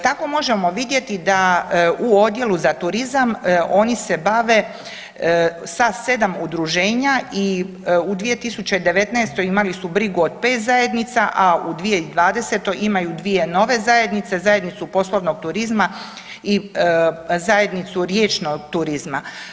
Tako možemo vidjeti da u odjelu za turizam oni se bave sa 7 udruženja i u 2019. imali su brigu od 5 zajednica, a u 2020. imaju 2 nove zajednice, zajednicu poslovnog turizma i zajednicu riječnog turizma.